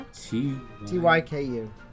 T-Y-K-U